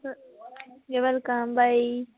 welcome बाय